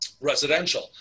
residential